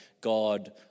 God